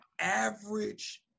average